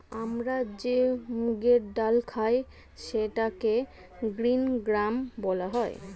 আমরা যে মুগের ডাল খাই সেটাকে গ্রীন গ্রাম বলা হয়